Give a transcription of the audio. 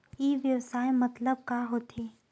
ई व्यवसाय मतलब का होथे?